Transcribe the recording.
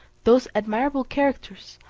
those admirable characters,